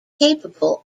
capable